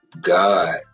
God